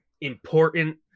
important